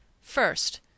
First